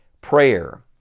Prayer